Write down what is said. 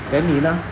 then you know